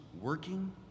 working